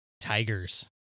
tigers